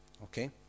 Okay